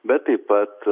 bet taip pat